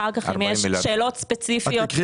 אחר כך אם יש שאלות ספציפיות --- רק קחי